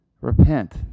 Repent